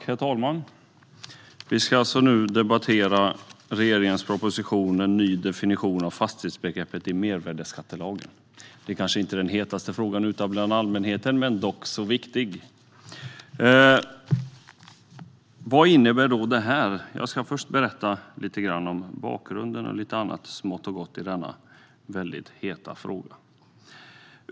Herr talman! Vi ska nu debattera regeringens proposition Ny definition av fastighetsbegreppet i mervärdesskattelagen . Det kanske inte är den hetaste frågan hos allmänheten, men den är nog så viktig. Vad innebär då detta? Jag ska börja med att berätta lite om bakgrunden och lite annat smått och gott om denna heta fråga.